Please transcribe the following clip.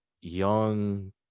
young